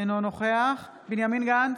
אינו נוכח בנימין גנץ,